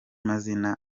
mazina